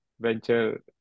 venture